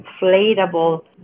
inflatable